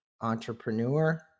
entrepreneur